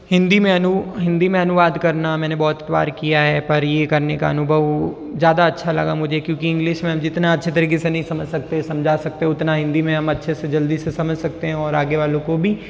हिंदी में अनु हिंदी में अनुवाद करना मैंने बहुत बार किया है पर ये करने का अनुभव ज़्यादा अच्छा लगा मुझे क्योंकि इंग्लिश में हम जितना अच्छे तरिके से नहीं समझ सकते समझा सकते उतना हिंदी में हम अच्छे से जल्दी से समझ सकते हैं और आगे वालो को भी